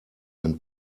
ein